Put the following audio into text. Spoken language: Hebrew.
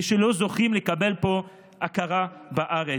שלא זוכים לקבל פה הכרה בארץ,